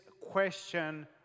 question